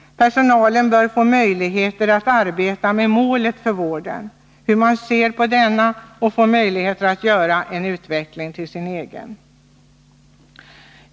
Personalen bör få möjligheter att arbeta med målet för vården — hur man ser på denna — och få möjlighet att göra en utveckling till sin egen.